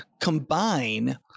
combine